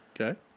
Okay